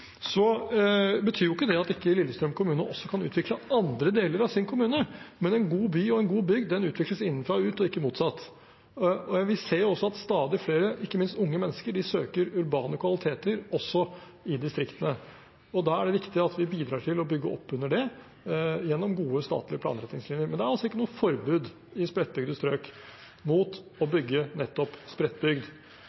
betyr ikke at ikke Lillestrøm kommune også kan utvikle andre deler av sin kommune, men en god by og en god bygd utvikles innenfra og ut og ikke motsatt. Vi ser også at stadig flere, ikke minst unge mennesker, søker urbane kvaliteter også i distriktene. Da er det viktig at vi bidrar til å bygge opp under det gjennom gode statlige planretningslinjer. Det er ikke noe forbud i spredtbygde strøk mot å